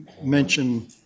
mention